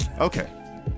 Okay